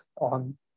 on